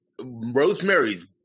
Rosemary's